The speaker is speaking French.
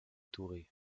touré